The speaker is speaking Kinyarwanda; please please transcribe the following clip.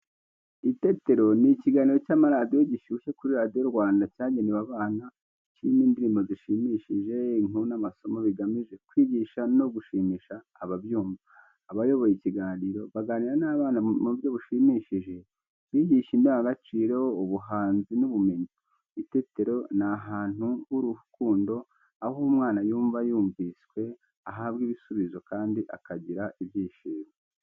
Itetero ni ikiganiro cy’amaradiyo gishyushye kuri Radio Rwanda cyagenewe abana. Kirimo indirimbo zishimishije, inkuru n’amasomo bigamije kwigisha no gushimisha ababyumva. Abayoboye ikiganiro baganira n’abana mu buryo bushimishije, bigisha indangagaciro, ubuhanzi n’ubumenyi. Itetero ni ahantu h'urukundo aho umwana yumva yumviswe, ahabwa ibisubizo kandi akagira ibyishimo.